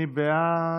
מי בעד?